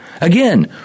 Again